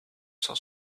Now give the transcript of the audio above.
cent